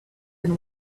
and